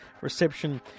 reception